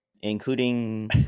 including